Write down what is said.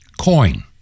coin